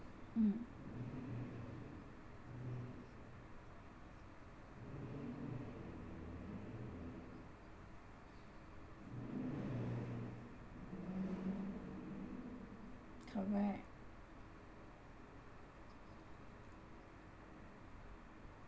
mm correct